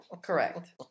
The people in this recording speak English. Correct